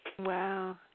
Wow